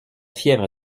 fièvre